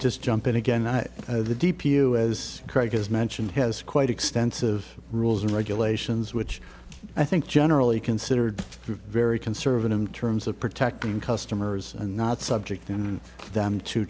just jump in again i know the d p you as craig has mentioned has quite extensive rules and regulations which i think generally considered very conservative in terms of protecting customers and not subject in them to